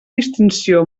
distinció